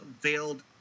veiled